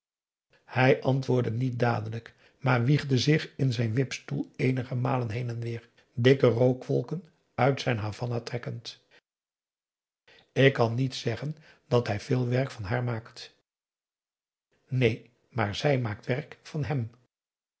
hij antwoordde niet dadelijk maar wiegde zich in zijn wipstoel eenige malen heen en wêer dikke rookwolken uit zijn havana trekkend ik kan niet zeggen dat hij veel werk van haar maakt neen maar zij maakt werk van hem